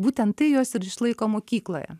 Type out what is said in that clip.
būtent tai juos ir išlaiko mokykloje